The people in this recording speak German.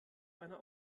einer